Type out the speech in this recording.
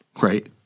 right